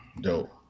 Dope